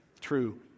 True